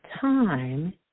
time